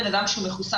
בן אדם שהוא מחוסן,